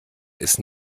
ist